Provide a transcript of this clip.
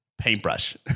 paintbrush